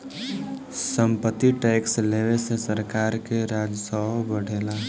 सम्पत्ति टैक्स लेवे से सरकार के राजस्व बढ़ेला